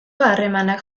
harremanak